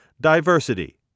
Diversity